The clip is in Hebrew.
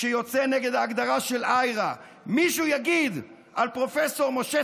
שיוצא נגד ההגדרה של IHRA. מישהו יגיד על פרופ' משה